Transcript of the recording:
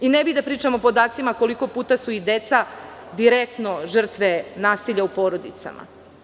Ne bih da pričam o podacima koliko puta su i deca direktno žrtve nasilja u porodicama.